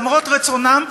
למרות רצונם,